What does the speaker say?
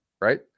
right